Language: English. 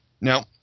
Now